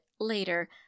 later